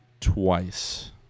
twice